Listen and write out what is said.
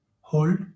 hold